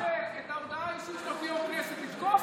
אם הוא מנצל את ההודעה האישית שלו כיו"ר ועדת הכנסת לתקוף,